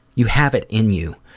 you have it in you.